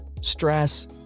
stress